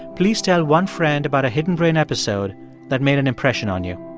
please tell one friend about a hidden brain episode that made an impression on you.